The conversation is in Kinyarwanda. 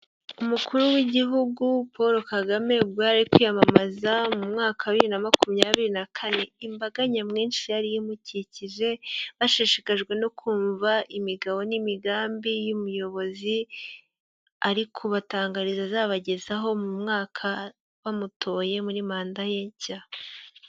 Umukuru w'igihugu Polo Kagame ubwo yari kwiyamamaza mu mwaka wa bibiri na makumyabiri na kane, imbaga nyamwinshi yari imukikije, bashishikajwe no kumva imigabo n'imigambi y'umuyobozi, ari kubatangariza azabagezaho mu mwaka bamutoye muri manda ye nshya.